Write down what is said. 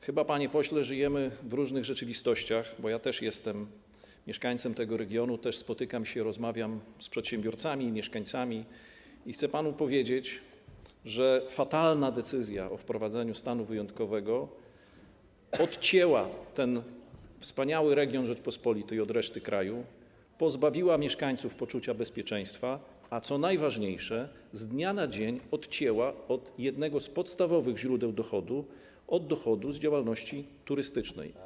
Chyba, panie pośle, żyjemy w różnych rzeczywistościach, bo ja też jestem mieszkańcem tego regionu, też spotykam się, rozmawiam z przedsiębiorcami, z mieszkańcami i chcę panu powiedzieć, że fatalna decyzja o wprowadzeniu stanu wyjątkowego odcięła ten wspaniały region Rzeczypospolitej od reszty kraju, pozbawiła mieszkańców poczucia bezpieczeństwa, a co najważniejsze, z dnia na dzień odcięła od jednego z podstawowych źródeł dochodu, od dochodu z działalności turystycznej.